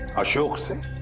ashok. so